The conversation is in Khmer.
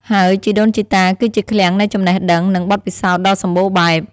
ហើយជីដូនជីតាគឺជាឃ្លាំងនៃចំណេះដឹង និងបទពិសោធន៍ដ៏សម្បូរបែប។